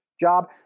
job